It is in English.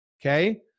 Okay